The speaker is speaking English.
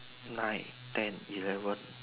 nine ten eleven